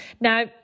Now